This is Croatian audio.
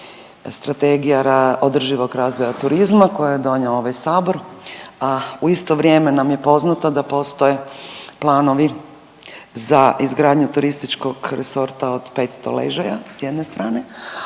Strategija održivog razvoja turizma koje je donio ovaj Sabor, a u isto vrijeme nam je poznato da postoje planovi za izgradnju turističkog resorta od 500 ležaja s jedne strane,